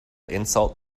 insult